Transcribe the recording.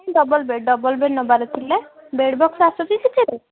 double bed double bed ନେବାର ଥିଲା bed box ଆସୁଛି କିଛି